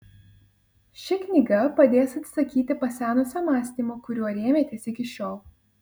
ši knyga padės atsisakyti pasenusio mąstymo kuriuo rėmėtės iki šiol